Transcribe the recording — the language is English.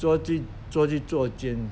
捉进捉进坐监